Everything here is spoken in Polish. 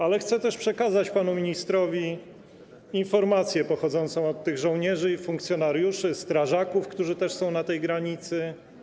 Ale chcę też przekazać panu ministrowi informację pochodzącą od tych żołnierzy, funkcjonariuszy, strażaków, którzy też są na tej granicy.